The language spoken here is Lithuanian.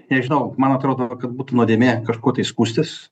nežinau man atrodo kad būtų nuodėmė kažkuo tai skųstis